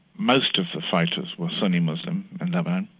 most of the fighters were sunni muslim, in lebanon,